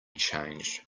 changed